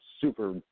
super